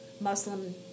Muslim